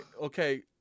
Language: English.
Okay